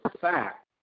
fact